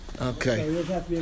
Okay